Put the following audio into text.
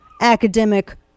academic